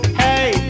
hey